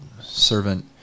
servant